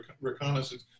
reconnaissance